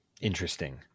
Interesting